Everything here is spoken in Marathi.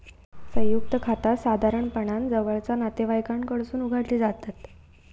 संयुक्त खाता साधारणपणान जवळचा नातेवाईकांकडसून उघडली जातत